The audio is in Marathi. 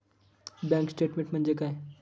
बँक स्टेटमेन्ट म्हणजे काय?